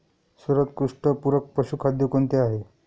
सर्वोत्कृष्ट पूरक पशुखाद्य कोणते आहे?